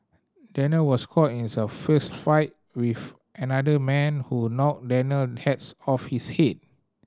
Daniel was caught in a fistfight with another man who knocked Daniel hats off his head